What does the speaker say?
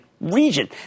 region